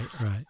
right